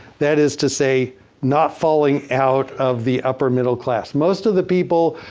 that is to say not falling out of the upper middle class. most of the people,